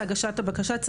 הבקשה.